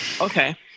Okay